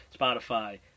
Spotify